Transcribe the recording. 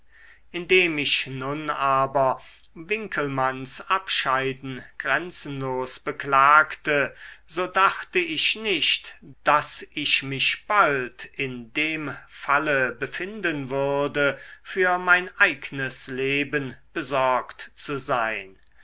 indem ich nun aber winckelmanns abscheiden grenzenlos beklagte so dachte ich nicht daß ich mich bald in dem falle befinden würde für mein eignes leben besorgt zu sein